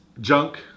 junk